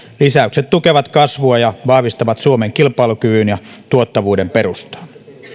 lisäykset tukevat kasvua ja vahvistavat suomen kilpailukyvyn ja tuottavuuden perustaa